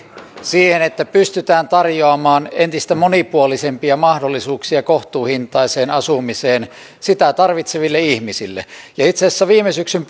siihen että pystytään tarjoamaan entistä monipuolisempia mahdollisuuksia kohtuuhintaiseen asumiseen sitä tarvitseville ihmisille ja itse asiassa viime syksyn